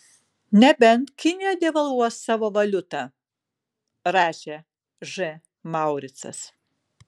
nebent kinija devalvuos savo valiutą rašė ž mauricas